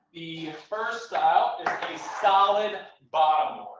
the first style is a solid bottom,